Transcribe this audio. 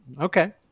Okay